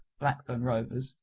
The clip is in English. blackburn rovers,